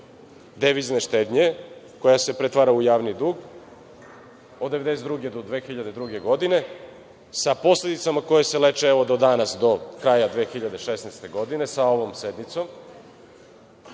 devizne štednje koja se pretvara u javni dug od 1992. do 2002. godine, sa posledicama koje se leče, evo do danas, do kraja 2016. godine sa ovom sednicom